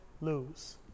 lose